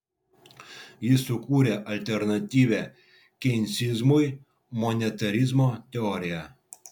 jis sukūrė alternatyvią keinsizmui monetarizmo teoriją